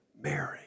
Mary